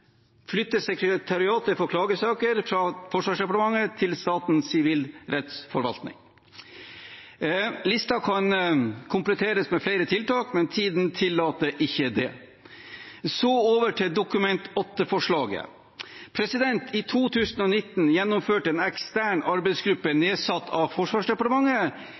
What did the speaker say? flytte sekretariatet for klagesaker fra Forsvarsdepartementet til Statens sivilrettsforvaltning. Listen kan kompletteres med flere tiltak, men tiden tillater ikke det. Så over til Dokument 8-forslaget. I 2019 gjennomførte en ekstern arbeidsgruppe nedsatt av Forsvarsdepartementet